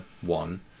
one